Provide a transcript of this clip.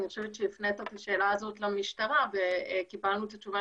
אני חושבת שהפנית את השאלה הזאת למשטרה וקיבלנו את התשובה